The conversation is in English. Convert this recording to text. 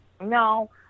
No